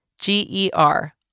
G-E-R